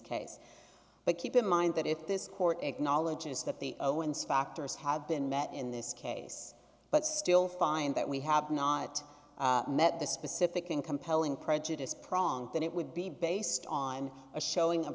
case but keep in mind that if this court acknowledges that the owens factors have been met in this case but still find that we have not met the specific and compelling prejudice prong that it would be based on a showing